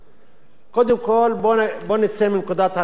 בואו נצא מנקודת הנחה שהיא,